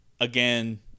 again